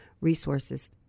resources